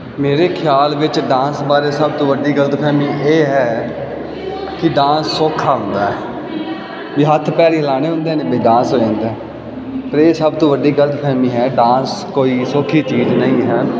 ਮੇਰੇ ਖਿਆਲ ਵਿੱਚ ਡਾਂਸ ਬਾਰੇ ਸਭ ਤੋਂ ਵੱਡੀ ਗਲਤਫਹਿਮੀ ਇਹ ਹੈ ਕਿ ਡਾਂਸ ਸੌਖਾ ਹੁੰਦਾ ਹੈ ਵੀ ਹੱਥ ਪੈਰ ਹੀ ਹਿਲਾਣੇ ਹੁੰਦੇ ਨੇ ਵੀ ਡਾਂਸ ਹੋ ਜਾਂਦਾ ਪਰ ਇਹ ਸਭ ਤੋਂ ਵੱਡੀ ਗਲਤਫਹਿਮੀ ਹੈ ਡਾਂਸ ਕੋਈ ਸੌਖੀ ਚੀਜ਼ ਨਹੀਂ ਹੈ